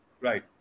Right